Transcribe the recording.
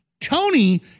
Tony